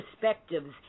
Perspectives